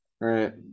right